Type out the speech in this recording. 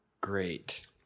great